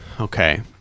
Okay